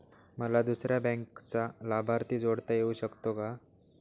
मला दुसऱ्या बँकेचा लाभार्थी जोडता येऊ शकतो का?